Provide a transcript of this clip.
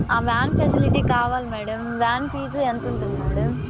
van facility కావాలి madam van fees ఎంతుంటుంది madam